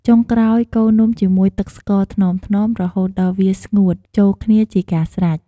ចុងក្រោយ កូរនំជាមួយទឹកស្ករថ្នមៗ រហូតដល់វាស្ងួតចូលគ្នាជាការស្រេច។